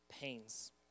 pains